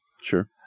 sure